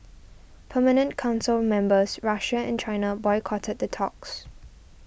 permanent council members Russia and China boycotted the talks